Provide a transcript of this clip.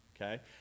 Okay